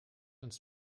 uns